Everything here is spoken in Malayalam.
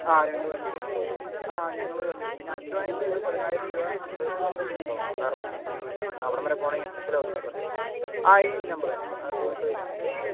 ആ രണ്ടു വണ്ടി ആ ഞങ്ങൾ വണ്ടിയെടുക്കാം പിന്നെ അഡ്വാൻസ് ഒരു പതിനായിരം രൂപ നിങ്ങൾ തരേണ്ടിവരും കേട്ടോ കാരണം അവിടംവരെ പോവണമെങ്കിൽ ആ ഈ നമ്പർ തന്നെ ഗൂഗിൾ പേ ഇതിനകത്ത് തന്നെയാണ്